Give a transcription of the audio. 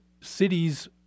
cities